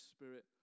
Spirit